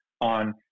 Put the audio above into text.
on